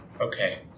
okay